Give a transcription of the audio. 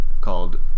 called